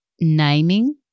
naming